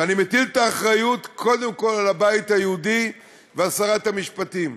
ואני מטיל את האחריות קודם כול על הבית היהודי ועל שרת המשפטים.